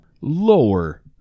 lower